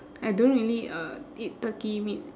I don't really uh eat turkey meat